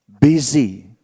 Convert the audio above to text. Busy